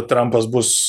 trampas bus